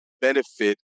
benefit